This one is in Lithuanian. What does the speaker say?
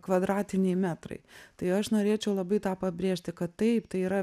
kvadratiniai metrai tai aš norėčiau labai tą pabrėžti kad taip tai yra